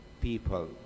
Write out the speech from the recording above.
people